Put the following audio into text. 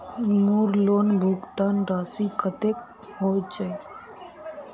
मोर लोन भुगतान राशि कतेक होचए?